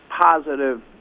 positive